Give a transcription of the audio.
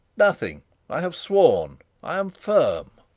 nothing i have sworn i am firm.